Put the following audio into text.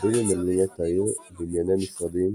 רבים ממלונות העיר, בנייני משרדים,